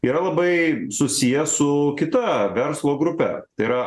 yra labai susiję su kita verslo grupe tai yra